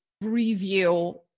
review